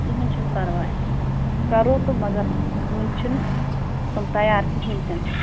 کِہیٖنٛۍ چھُنہٕ پَرواے کرو تہٕ مگر وُنہِ چھِنہٕ رتِم تیار کِہیٖنٛۍ تہِ نہٕ